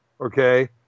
okay